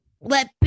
let